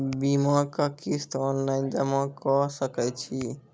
बीमाक किस्त ऑनलाइन जमा कॅ सकै छी?